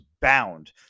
bound